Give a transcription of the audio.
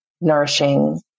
nourishing